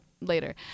later